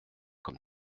comme